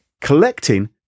collecting